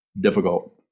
difficult